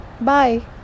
bye